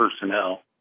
personnel